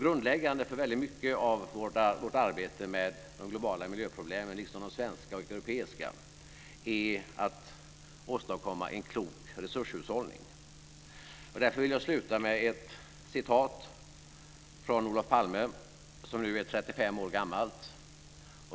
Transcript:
Grundläggande för väldigt mycket av vårt arbete med de globala miljöproblemen, liksom med de svenska och de europeiska, är att åstadkomma en klok resurshushållning. Därför vill jag sluta med ett citat från Olof Palme som nu är 35 år gammalt.